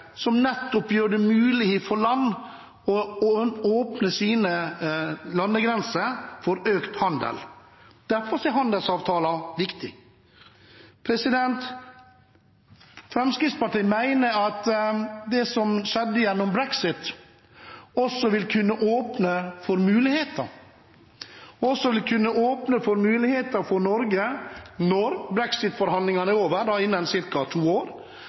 gjør det mulig for land å åpne sine landegrenser for økt handel. Derfor er handelsavtaler viktig. Fremskrittspartiet mener at det som skjedde gjennom brexit, også vil kunne åpne for muligheter for Norge – når brexit-forhandlingene er over, innen ca. to år – til å kunne